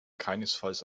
keinesfalls